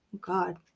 God